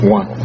One